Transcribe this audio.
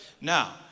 Now